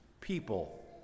people